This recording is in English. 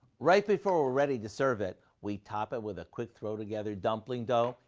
right before we're ready to serve it, we top it with a quick throw-together dumpling dough,